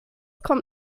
kommt